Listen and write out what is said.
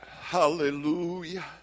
Hallelujah